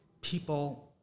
people